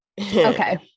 Okay